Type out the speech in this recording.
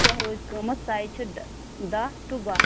کیٛاہ روزِ قۭمَتھ سایِز چھِ دَہ ٹُو باہ